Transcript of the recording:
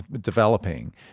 developing